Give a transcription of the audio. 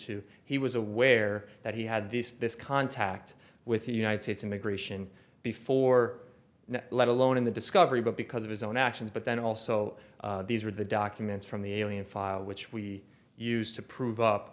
to he was aware that he had this this contact with the united states immigration before now let alone in the discovery but because of his own actions but then also these were the documents from the alien file which we used to prove up